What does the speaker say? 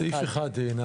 בסעיפים 1-25?